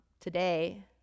today